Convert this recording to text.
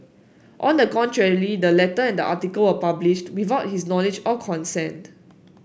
on the contrary the letter and article were publish without his knowledge or consent